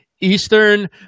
Eastern